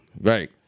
Right